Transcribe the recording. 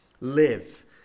live